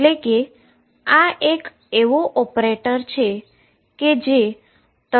એટલે કેઆ એક એવો ઓપરેટર છે